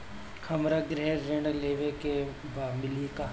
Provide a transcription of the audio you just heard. हमरा गृह ऋण लेवे के बा मिली का?